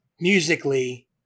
musically